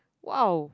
!wow!